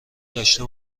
داشته